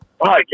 Hi